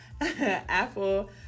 Apple